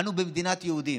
אנו במדינת יהודים.